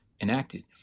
enacted